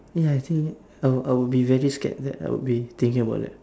ya I think I'll I'll be very scared that I would be thinking about that